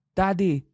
daddy